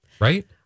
right